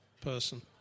person